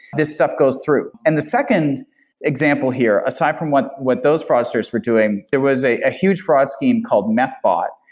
this stuff goes through. and the second example here aside from what what those fraudsters were doing, there was a ah huge fraud scheme called methbot,